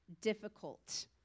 difficult